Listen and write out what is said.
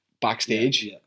Backstage